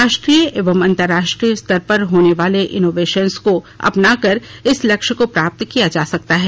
राष्ट्रीय एवं अंतर्राष्ट्रीय स्तर पर होने वाले इनोवेशंस को अपनाकर इस लक्ष्य को प्राप्त किया जा सकता है